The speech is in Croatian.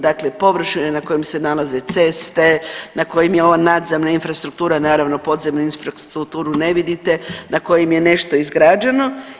Dakle, površine na kojima se nalaze ceste, na kojima je ova nadzemna infrastruktura, naravno podzemnu infrastrukturu ne vidite, na kojem je nešto izgrađeno.